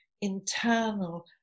internal